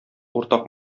уртак